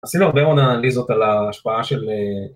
עשינו הרבה מאוד אנליזות על ההשפעה של...